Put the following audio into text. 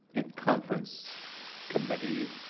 in conference committee